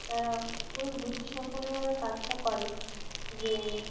তারা খুবই বুদ্ধিসম্পন্নভাবে কাজটা করে যে